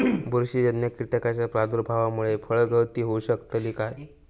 बुरशीजन्य कीटकाच्या प्रादुर्भावामूळे फळगळती होऊ शकतली काय?